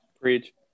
Preach